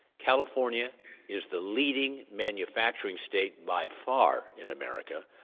california is the leading manufacturing state by far in america,